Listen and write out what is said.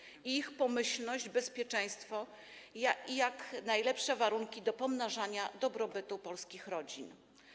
Najważniejsze są ich pomyślność, bezpieczeństwo i jak najlepsze warunki do pomnażania dobrobytu polskich rodzin.